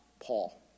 Paul